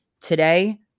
today